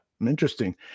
interesting